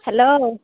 hello